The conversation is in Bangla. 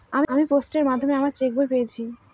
আমি পোস্টের মাধ্যমে আমার চেক বই পেয়েছি